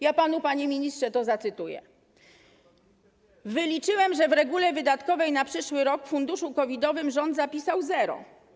Ja panu, panie ministrze, to zacytuję: Wyliczyłem, że w regule wydatkowej na przyszły rok w funduszu covid-owym rząd zapisał zero.